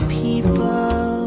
people